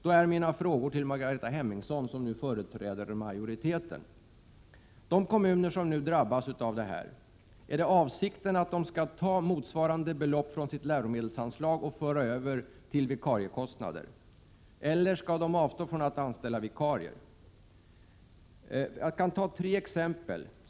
Då är mina frågor till Margareta Hemmingsson, som nu företräder majoriteten, följande. Är avsikten att de kommuner som drabbas av denna besparing skall ta motsvarande belopp från läromedelsanslaget och föra över detta till vikariekostnader, eller skall de avstå från att anställa vikarier? Jag kan ta tre exempel.